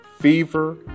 fever